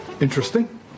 Interesting